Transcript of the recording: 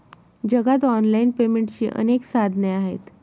जगात ऑनलाइन पेमेंटची अनेक साधने आहेत